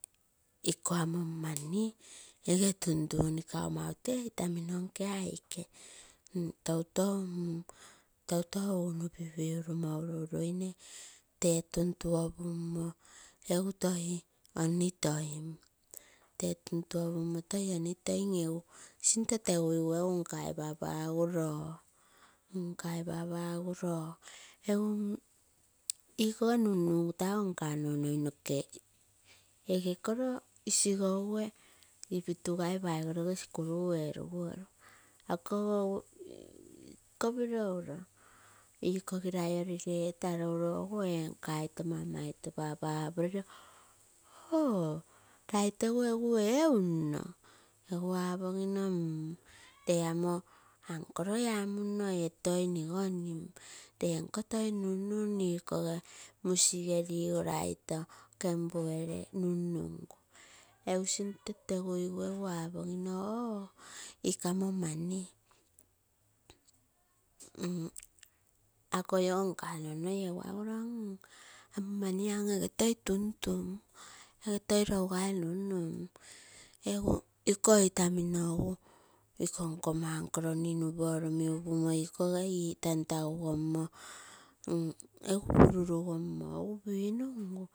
Ikoo amo maniege tuntun kau maute itamino nkee aikee toitou pipigurumo uru uruine tee tuntuopumo tee toi onitoim, tee tuntuo pumo toi onitoim egu sinto tegugu nkai papa egu nkai papa ogu loo igikoge nun nungu tago nka nonoi nokee ege koro isigouge ipitugai paigoroge skul erumo akogo egu kopiro uroo iikogirai orite etaro uroo egu nka ito papa oiro mama apurilo on lai tegu egu ee ulino regu apoginoo lee amoo toi nigorogan. Lee nko toi nunnum igikoge musige legoraito kempugere nun nungu egu sinto teguigu egu apogimo ikamo mani, akoi ogo nkame nonoi egu aguro amo mani amo epe toi tuntun toi lougai nunnun. Egu iko itamino nkoma uncle ninu porumi upumo igikoge tantogugomo epu purupomo.